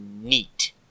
neat